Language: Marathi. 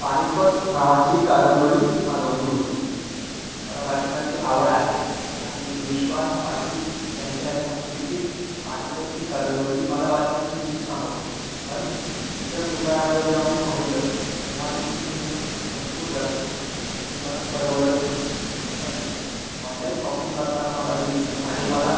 पानिपत नावाची कादंबरी मागवली होती मला वाचनाची आवड आहे आणि विश्वास पाटील यांच्या लिखित पानिपत ही कादंबरी मला वाचनाची इच्छा होती पण इतर दुकानामध्ये जेव्हा मी पाहिलं तेव्हा त्याची किंमत भरपूर जास्त होती जी मला परवडत नव्हती पण ऑनलाईन शॉपिंग करताना मला दिसलं आणि मला